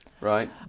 right